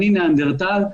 אני ניאנדרטל,